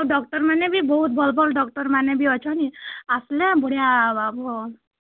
ଆଉ ଡ଼କ୍ଟର୍ ମାନେ ବି ବହୁତ୍ ଭଲ୍ ଭଲ୍ ଡ଼କ୍ଟର୍ ମାନେ ବି ଅଛନ୍ ଆସିଲେ ବଢ଼ିଆ ହେବା ଭଲ୍